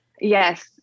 Yes